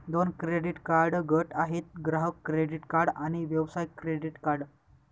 दोन credit card गट आहेत, ग्राहक क्रेडिट कार्ड आणि व्यवसाय क्रेडिट कार्ड